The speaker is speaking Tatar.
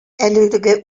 әлеге